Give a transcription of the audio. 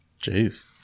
Jeez